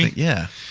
yeah.